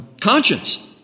conscience